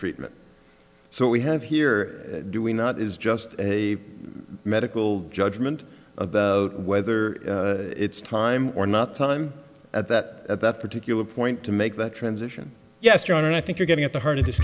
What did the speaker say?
treatment so we have here do we not is just a medical judgment about whether it's time or not time at that at that particular point to make that transition yes john i think you're getting at the heart of this